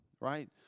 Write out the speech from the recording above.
right